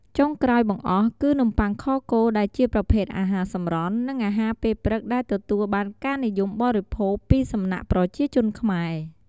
ចុងក្រោយបង្អស់គឺនំប័ុងខគោដែលជាប្រភេទអាហារសម្រន់ និងអាហារពេលព្រឹកដែលទទួលបានការនិយមបរិភោគពីសំណាក់ប្រជាជនខ្មែរ។